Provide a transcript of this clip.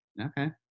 okay